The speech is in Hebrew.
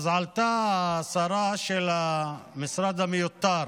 אז עלתה השרה של המשרד המיותר